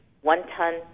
one-ton